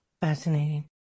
Fascinating